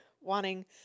wanting